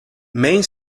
main